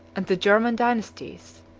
and the german dynasties.